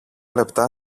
λεπτά